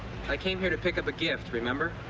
i came here to pick up a gift. remember?